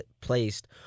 placed